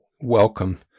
welcome